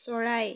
চৰাই